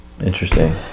Interesting